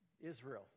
Israel